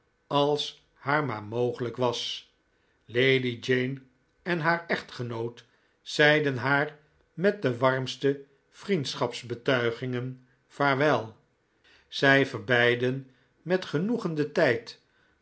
als haar maar mogelijk was lady jane en haar echtgenoot zeiden haar met de warmste vriendschapsbetuigingen vaarwel zij verbeidden met genoegen den tijd